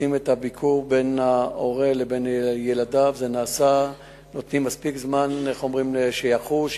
בביקור נותנים מספיק זמן שיחוש,